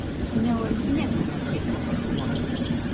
neuostinėk manęs kaip koks šuo